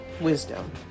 Wisdom